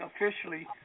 officially